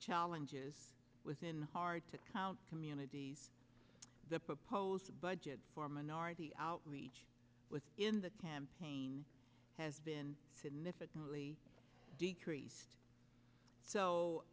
challenges within hard to count communities the proposed budget for minority outreach was in the campaign has been significantly decreased so